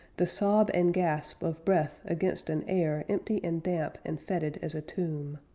the sob and gasp of breath against an air empty and damp and fetid as a tomb.